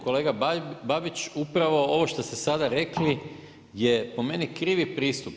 Kolega Babić, upravo ovo što ste sada rekli je po meni krivi pristup.